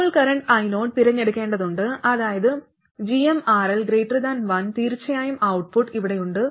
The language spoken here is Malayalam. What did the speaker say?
ഇപ്പോൾ കറന്റ് Io തിരഞ്ഞെടുക്കേണ്ടതുണ്ട് അതായത് gmRL 1 തീർച്ചയായും ഔട്ട്പുട്ട് ഇവിടെയുണ്ട്